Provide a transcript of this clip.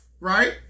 right